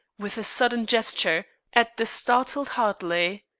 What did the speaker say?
with a sudden gesture, at the startled hartley.